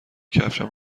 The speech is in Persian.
کفشم